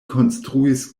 konstruis